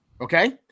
Okay